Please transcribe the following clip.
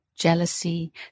Jealousy